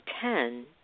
ten